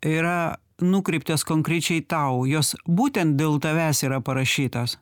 yra nukreiptos konkrečiai tau jos būtent dėl tavęs yra parašytos